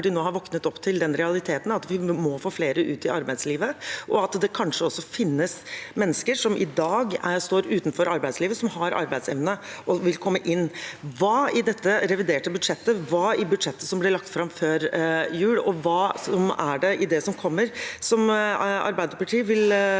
nå har våknet opp til den realiteten at vi må få flere ut i arbeidslivet, og at det kanskje også finnes mennesker som i dag står utenfor arbeidslivet, som har arbeidsevne og vil komme inn. Hva i dette reviderte budsjettet, hva i budsjettet som ble lagt fram før jul, og hva i det som kommer, er det Arbeiderpartiet vil